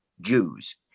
Jews